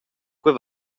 quei